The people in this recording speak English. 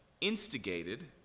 instigated